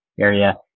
area